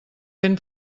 ben